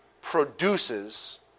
produces